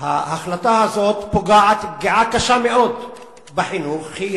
ההחלטה הזאת פוגעת פגיעה קשה מאוד בחינוך, היא